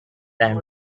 and